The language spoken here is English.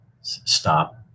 stop